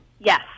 Yes